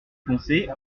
poncé